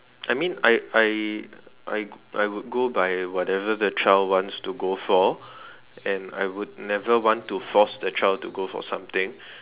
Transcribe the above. I mean I I I I would go by whatever the child wants to go for and I would never want to force the child to go for something